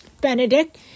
Benedict